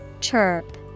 Chirp